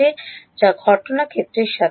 যা ঘটনা ক্ষেত্রের সাথে পৃথক হয় ঠিক আছে